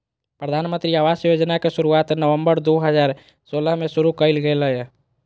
प्रधानमंत्री आवास योजना के शुरुआत नवम्बर दू हजार सोलह में शुरु कइल गेलय